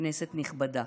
כנסת נכבדה,